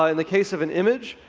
ah and case of an image,